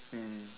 mm